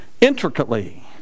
intricately